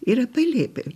yra palėpė